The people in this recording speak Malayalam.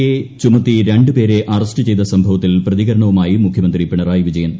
എ ചുമത്തി രണ്ടു പേരെ ആൻ ചെയ്ത സംഭവത്തിൽ പ്രതികരണവുമായി മുഖ്യമന്ത്രി പ്പിണ്കുയി വിജയൻ